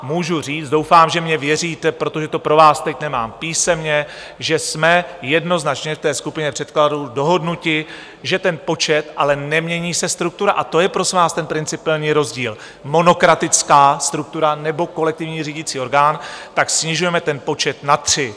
Můžu říct doufám, že mi věříte, protože to pro vás teď nemám písemně že jsme jednoznačně v skupině předkladatelů dohodnuti, že ten počet ale nemění se struktura, a to je, prosím vás, ten principiální rozdíl, monokratická struktura nebo kolektivní řídící orgán tak snižujeme ten počet na tři.